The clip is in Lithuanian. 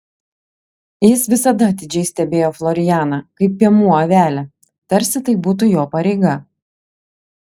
jis visada atidžiai stebėjo florianą kaip piemuo avelę tarsi tai būtų jo pareiga